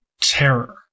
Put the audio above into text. Terror